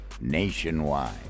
Nationwide